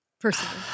Personally